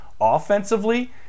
offensively